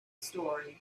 story